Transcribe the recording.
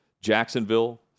Jacksonville